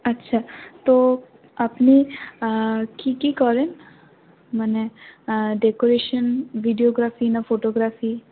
আচ্ছা তো আপনি কী কী করেন মানে ডেকোরেশন ভিডিওগ্রাফি না ফটোগ্রাফি